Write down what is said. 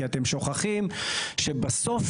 כי אתם שוכחים שבסוף,